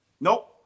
nope